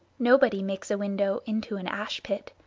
nobody makes a window into an ash-pit,